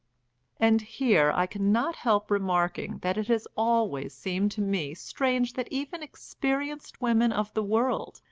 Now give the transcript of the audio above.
and here i cannot help remarking that it has always seemed to me strange that even experienced women of the world,